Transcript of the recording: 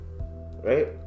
Right